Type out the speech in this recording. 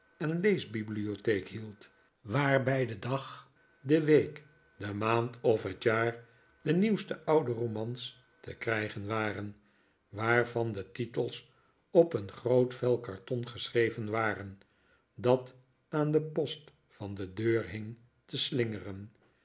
en leesbibliotheek hield waar bij den dag de week de maand of het jaar de nieuwste oude romans te krijgen waren waarvan de titels op een groot vel karton geschreven waren dat aan den post van de deur hing te slingeren